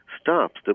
stops